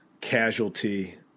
casualty